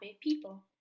people